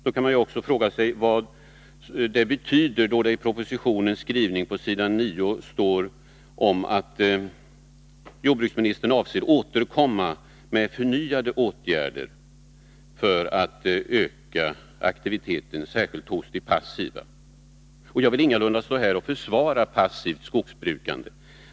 Man kan vidare fråga sig: Vad betyder då propositionens skrivning på s. 9, där det står att jordbruksministern avser att återkomma med förnyade åtgärder för att öka aktiviteten särskilt hos de passiva? Jag vill ingalunda stå här och försvara passivt skogsbrukande.